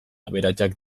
aberatsak